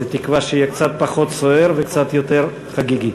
בתקווה שיהיה קצת פחות סוער וקצת יותר חגיגי.